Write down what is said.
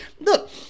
look